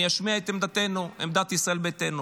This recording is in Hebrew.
אני אשמיע את עמדתנו, עמדת ישראל ביתנו: